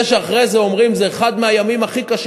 זה שאחרי זה אומרים "זה אחד מהימים הכי קשים